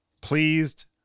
pleased